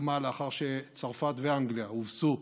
שהוקמה לאחר שצרפת ואנגליה הובסו